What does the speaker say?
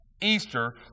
Easter